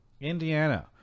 Indiana